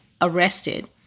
arrested